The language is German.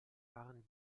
waren